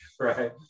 Right